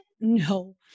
No